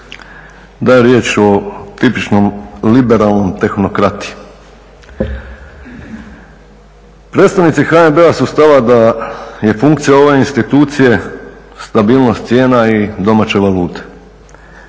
da je riječ o tipičnom liberalnom tehnokrati. Predstavnici HNB-a su stava da je funkcija ove institucije stabilnost cijena i domaće valutu,